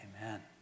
Amen